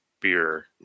beer